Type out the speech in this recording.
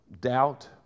doubt